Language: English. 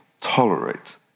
tolerate